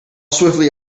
swiftly